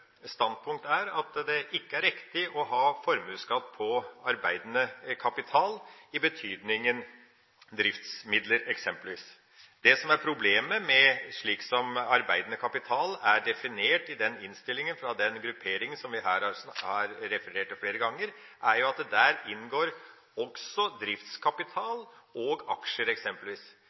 standpunkt er at det ikke er riktig å ha formuesskatt på arbeidende kapital, eksempelvis i betydningen driftsmidler. Det som er problemet, slik arbeidende kapital er definert i innstillingen av den grupperingen vi her har referert til flere ganger, er at der inngår eksempelvis også driftskapital og aksjer.